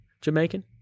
Jamaican